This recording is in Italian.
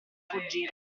fuggire